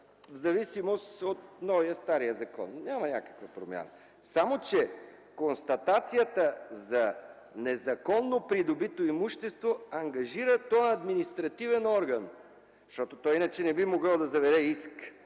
в зависимост от новия и стария закон. Няма някаква промяна. Само че констатацията за незаконно придобито имущество ангажира този административен орган, защото той иначе не би могъл да заведе иск.